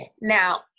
Now